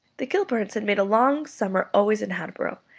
the kilburns had made a long summer always in hatboro',